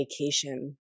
vacation